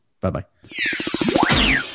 Bye-bye